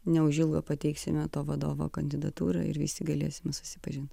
neužilgo pateiksime to vadovo kandidatūrą ir visi galėsime susipažint